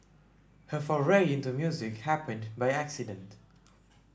her foray into music happened by accident